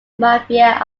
mafia